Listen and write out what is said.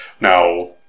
now